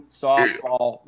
softball